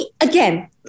again